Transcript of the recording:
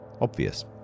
obvious